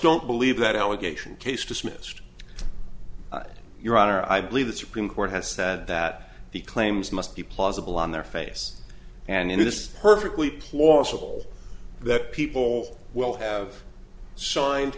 don't believe that allegation case dismissed your honor i believe the supreme court has said that the claims must be plausible on their face and in this perfectly plausible that people will have signed